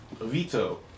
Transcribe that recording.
Veto